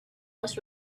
was